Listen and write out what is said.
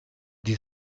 die